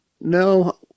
No